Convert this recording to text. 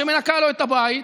שמנקה לו את הבית,